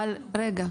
רגע.